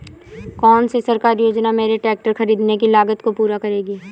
कौन सी सरकारी योजना मेरे ट्रैक्टर ख़रीदने की लागत को पूरा करेगी?